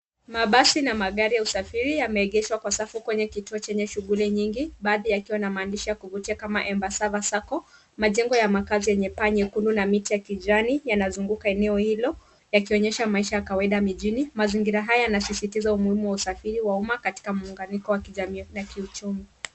Mabasi na magari ya usafiri yameegeshwa kwa safu kwenye kituo chenye shughuli nyingi baadhi yakiwa na maandishi ya kuvutia kama Embasava Sacco. Majengo ya makazi yenye paa nyekundu na miti ya kijani yanazunguka eneo hilo yakionyesha maisha ya kawaida mijini. Mazingira haya yanasisitiza umuhimu wa usafiri wa umma katika muunganiko wa kijamii na kiuchumu.